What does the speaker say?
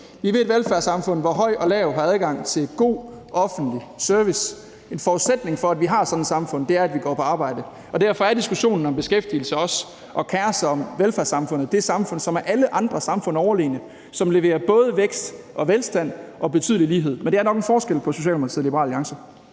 Vi vil et velfærdssamfund, hvor høj og lav har adgang til god offentlig service. En forudsætning for at have sådan et samfund er, at vi går på arbejde. Derfor er det at have diskussionen om beskæftigelse også at kere sig om velfærdssamfundet – det samfund, som er alle andre samfund overlegent, og som leverer både vækst, velstand og betydelig lighed. Men det er nok en forskel på Socialdemokratiet og Liberal Alliance.